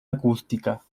acústica